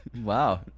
Wow